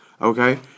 Okay